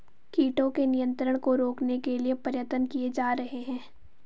कीटों के नियंत्रण को रोकने के लिए प्रयत्न किये जा रहे हैं